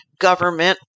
government